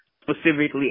specifically